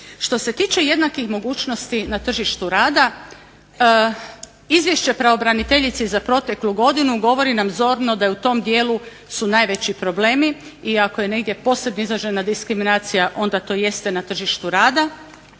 Što se tiče jednakih mogućnosti na tržištu rada Izvješće pravobraniteljice za proteklu godinu govori nam zorno da u tom dijelu su najveći problemi i ako je negdje posebno izražena diskriminacija onda to jeste na tržištu rada.